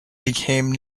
became